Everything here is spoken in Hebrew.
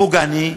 פוגעני,